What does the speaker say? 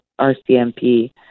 RCMP